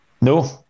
No